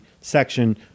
section